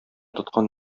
тоткан